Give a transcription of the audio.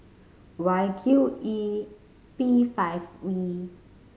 Y Q E B five V